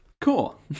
cool